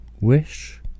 wish